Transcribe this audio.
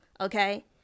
Okay